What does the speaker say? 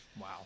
Wow